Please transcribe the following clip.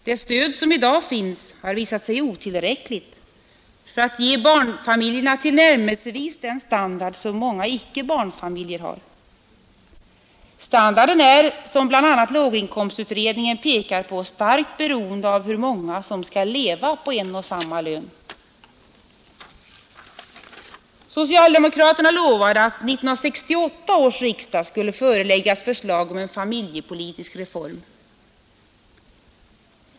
Det stöd som i dag finns har visat sig otillräckligt för att tillnärmelsevis ge barnfamiljerna den standard som många icke-barnfamiljer har. Standarden är som bl.a. låginkomstutredningen pekar på starkt beroende av hur många som skall leva på en och samma lön. Socialdemokraterna lovade att 1968 års riksdag skulle föreläggas förslag om en familjepolitisk reform.